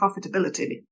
profitability